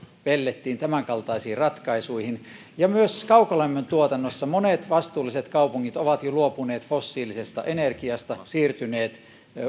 pellettiin ja tämänkaltaisiin ratkaisuihin ja myös kaukolämmön tuotannossa monet vastuulliset kaupungit ovat jo luopuneet fossiilisesta energiasta ja siirtyneet